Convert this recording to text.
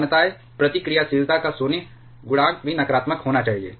समानताएं प्रतिक्रियाशीलता का शून्य गुणांक भी नकारात्मक होना चाहिए